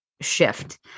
shift